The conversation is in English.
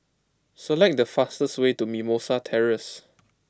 select the fastest way to Mimosa Terrace